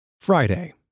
Friday